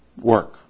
work